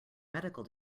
medical